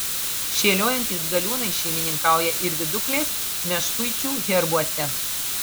šėliojantys galiūnai šeimininkauja ir viduklės meškuičių herbuose